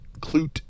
clute